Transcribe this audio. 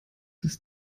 ist